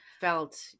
felt